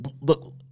look